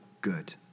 good